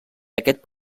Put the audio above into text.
aquest